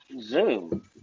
zoom